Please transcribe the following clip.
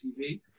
TV